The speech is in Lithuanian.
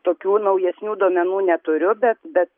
tokių naujesnių duomenų neturiu bet bet